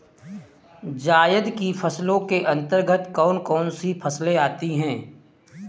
जायद की फसलों के अंतर्गत कौन कौन सी फसलें आती हैं?